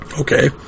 Okay